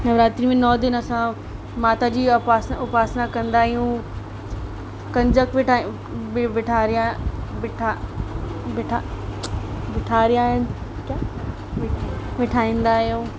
नवरात्रिनि में नौ दिन असां माता जी जा अपासना उपासना कंदा आहियूं कंजक बिठायूं बिठारियां बिठारियां बिठा बिठा बिठारियां आहिनि क्या बिठाईंदा आहियूं